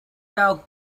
gael